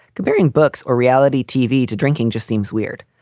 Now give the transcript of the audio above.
comparing books or reality tv to drinking just seems weird,